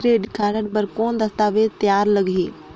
Credit card बर कौन दस्तावेज तैयार लगही?